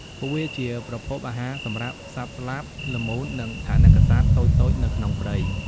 ពួកវាជាប្រភពអាហារសម្រាប់សត្វស្លាប ល្មូន និងថនិកសត្វតូចៗនៅក្នុងព្រៃ។